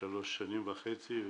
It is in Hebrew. שלוש שנים וחצי.